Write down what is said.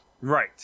Right